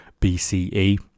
bce